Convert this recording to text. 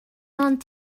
ond